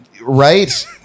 Right